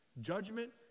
judgment